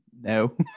No